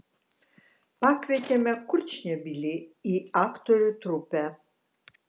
pakvietėme kurčnebylį į aktorių trupę